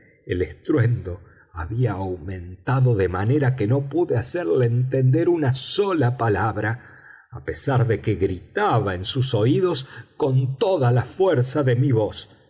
el estruendo había aumentado de manera que no pude hacerle entender una sola palabra a pesar de que gritaba en sus oídos con toda la fuerza de mi voz